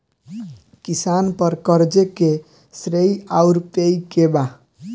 किसान पर क़र्ज़े के श्रेइ आउर पेई के बा?